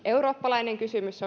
eurooppalainen kysymys